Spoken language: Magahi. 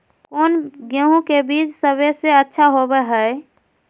कौन गेंहू के बीज सबेसे अच्छा होबो हाय?